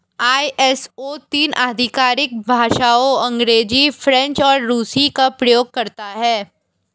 ISO तीन आधिकारिक भाषाओं अंग्रेजी, फ्रेंच और रूसी का प्रयोग करता है